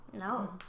No